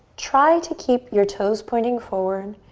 try to keep your toes pointing forward.